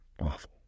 Awful